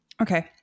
Okay